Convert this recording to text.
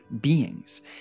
beings